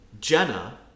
Jenna